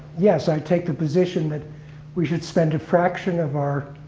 yes, i take the position that we should spend a fraction of our